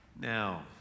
Now